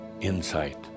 insight